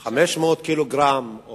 500 קילוגרם.